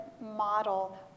model